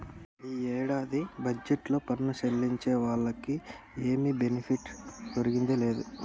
ఈ ఏడాది బడ్జెట్లో పన్ను సెల్లించే వాళ్లకి ఏమి బెనిఫిట్ ఒరిగిందే లేదు